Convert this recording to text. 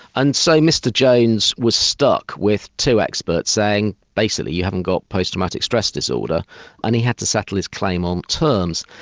and so mr jones was stuck with two experts saying basically, you haven't got post-traumatic stress disorder and he had to settle his claim on terms.